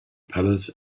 palace